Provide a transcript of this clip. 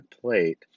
plate